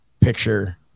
picture